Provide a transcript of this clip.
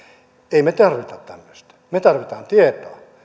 emme me tarvitse tämmöistä me tarvitsemme tietoa